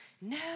No